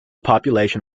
population